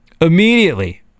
immediately